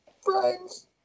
friends